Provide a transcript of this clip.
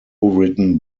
written